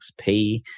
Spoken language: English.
XP